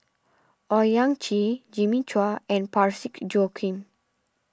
Owyang Chi Jimmy Chua and Parsick Joaquim